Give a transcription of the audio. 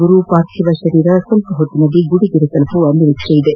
ಗುರು ಪಾರ್ಥಿವ ಶರೀರ ಸ್ವಲ್ಪ ಸಮಯದಲ್ಲಿ ಗುಡಿಗೆರೆ ತಲುಪುವ ನಿರೀಕ್ಷೆ ಇದೆ